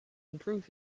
improve